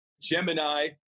Gemini